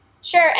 sure